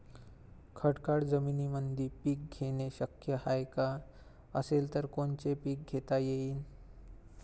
खडकाळ जमीनीमंदी पिके घेणे शक्य हाये का? असेल तर कोनचे पीक घेता येईन?